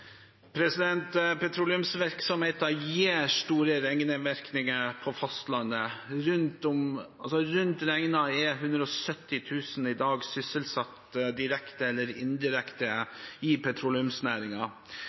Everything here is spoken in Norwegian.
gir store ringvirkninger på fastlandet. Rundt regnet er 170 000 i dag sysselsatt direkte eller